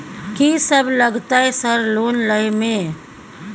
कि सब लगतै सर लोन लय में?